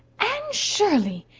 anne shirley!